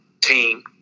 team